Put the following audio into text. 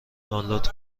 دانلود